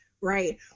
Right